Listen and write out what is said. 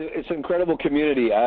it's an incredible community.